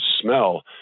smell